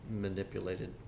manipulated